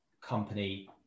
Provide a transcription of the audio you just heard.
company